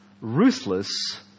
ruthless